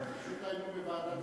פשוט היינו בוועדת הכספים.